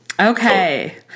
Okay